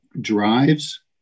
drives